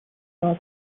saw